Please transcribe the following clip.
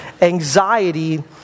anxiety